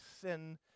sin